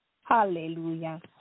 Hallelujah